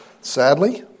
Sadly